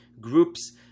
groups